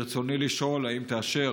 ברצוני לשאול: האם תאשר,